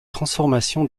transformation